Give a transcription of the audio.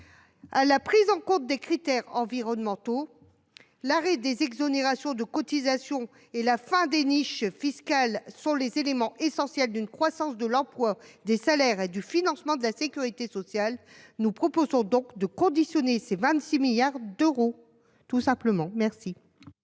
à la prise en compte des critères environnementaux. L’arrêt des exonérations de cotisations et la fin des niches fiscales sont les éléments essentiels d’une croissance de l’emploi, des salaires et du financement de la sécurité sociale. Il s’agit simplement de conditionner ces 26 milliards d’euros. L’amendement n°